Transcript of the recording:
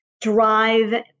drive